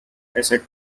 asset